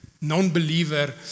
non-believer